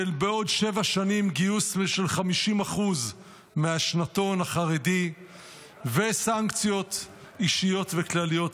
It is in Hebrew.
בעוד שבע שנים גיוס של 50% מהשנתון החרדי וסנקציות אישיות וכלליות.